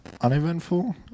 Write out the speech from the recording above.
uneventful